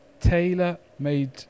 tailor-made